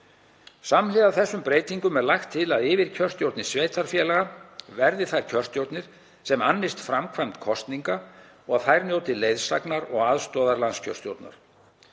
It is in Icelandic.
Samhliða þessum breytingum er lagt til að yfirkjörstjórnir sveitarfélaga verði þær kjörstjórnir sem annist framkvæmd kosninga og að þær njóti leiðsagnar og aðstoðar landskjörstjórnar.